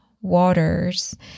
waters